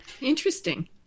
Interesting